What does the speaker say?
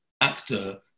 actor